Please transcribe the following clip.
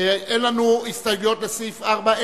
אין לנו הסתייגויות לסעיף 4,